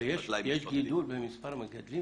יש גידול בספר המגדלים?